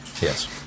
Yes